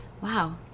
Wow